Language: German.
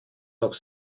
noch